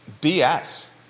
BS